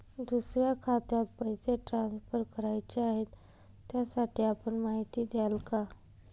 दुसऱ्या खात्यात पैसे ट्रान्सफर करायचे आहेत, त्यासाठी आपण माहिती द्याल का?